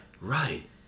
Right